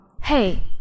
Hey